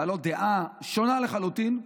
בעלות דעה שונה לחלוטין,